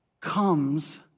comes